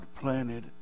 planted